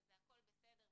וזה הכל בסדר,